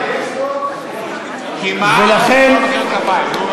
קימה או מחיאות כפיים.